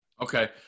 Okay